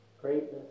greatness